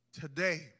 today